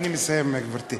אני מסיים, גברתי.